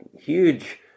huge